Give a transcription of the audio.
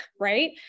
right